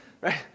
right